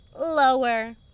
lower